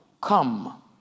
come